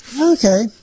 Okay